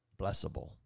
blessable